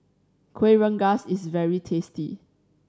Kuih Rengas is very tasty